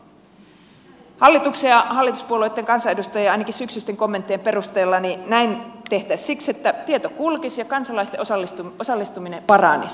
ainakin hallituksen ja hallituspuolueitten kansanedustajien syksyisten kommenttien perusteella näin tehtäisiin siksi että tieto kulkisi ja kansalaisten osallistuminen paranisi